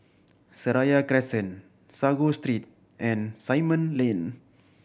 Seraya Crescent Sago Street and Simon Lane